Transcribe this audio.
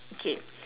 okay